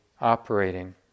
operating